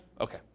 Okay